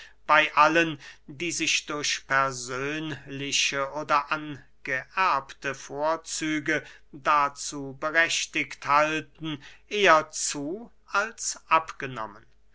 bey allen die sich durch persönliche oder angeerbte vorzüge dazu berechtigt halten eher zu als abgenommen